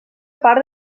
part